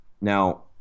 Now